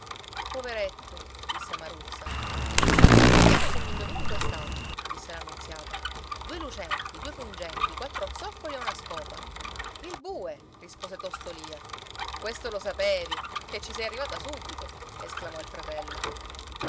poveretto disse maruzza vediamo se mi indovini quest'altro disse la nunziata due lucenti due pungenti quattro zoccoli e una scopa il bue rispose tosto lia questo lo sapevi ché ci sei arrivata subito esclamò il fratello